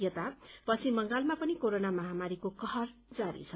यता पश्चिम बंगालमा पनि कोरोना महामारीको कहर जारी छ